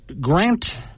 grant